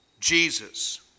Jesus